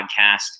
podcast